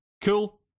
cool